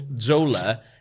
Zola